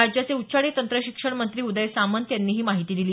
राज्याचे उच्च आणि तंत्रशिक्षण मंत्री उदय सामंत यांनी ही माहिती दिली